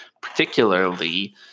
particularly